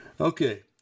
Okay